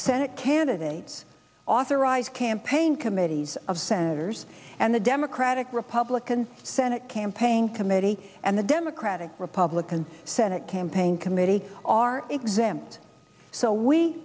senate candidates authorize campaign committees of senators and the democratic republican senate campaign committee and the democratic republican senate campaign committee are exempt so we